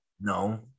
No